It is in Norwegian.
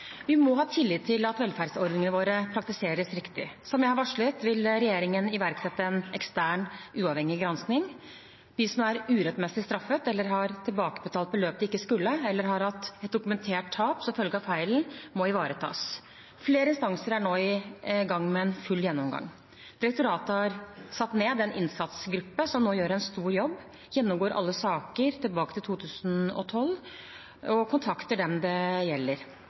Vi må ha tillit til at velferdsordningene våre praktiseres riktig. Som jeg har varslet, vil regjeringen iverksette en ekstern uavhengig granskning. De som er urettmessig straffet, eller har tilbakebetalt beløp de ikke skulle, eller har hatt et dokumentert tap som følge av feilen, må ivaretas. Flere instanser er nå i gang med en full gjennomgang. Direktoratet har satt ned en innsatsgruppe som nå gjør en stor jobb, gjennomgår alle saker tilbake til 2012, og kontakter dem det gjelder.